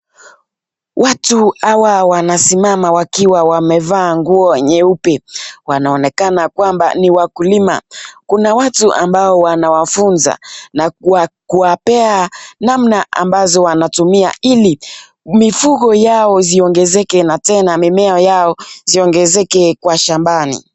Watu hawa wanasimama wakiwa wamevaa nguo nyeupe. Wanaonekana kwamba ni wakulima. Kuna watu ambao wanawafunza na kuwapea namna ambazo wanatumia ili mifugo yao ziongezeke na tena mimea yao ziongezeke kwa shambani.